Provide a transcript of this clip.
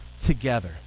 together